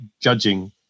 judging